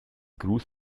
gruß